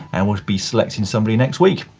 and we'll be selecting somebody next week.